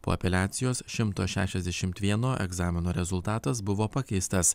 po apeliacijos šimto šešiasdešimt vieno egzamino rezultatas buvo pakeistas